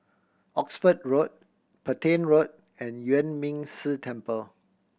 Oxford Road Petain Road and Yuan Ming Si Temple